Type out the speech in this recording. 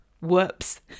whoops